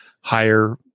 higher